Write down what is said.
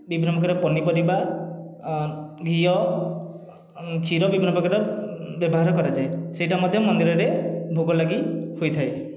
ବିଭିନ୍ନ ପ୍ରକାର ପନିପରିବା ଘିଅ କ୍ଷୀର ବିଭିନ୍ନ ପ୍ରକାର ବ୍ୟବହାର କରାଯାଏ ସେଇଟା ମଧ୍ୟ ମନ୍ଦିରରେ ଭୋଗଲାଗି ହୋଇଥାଏ